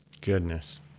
goodness